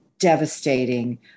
devastating